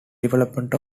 development